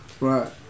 Right